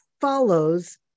follows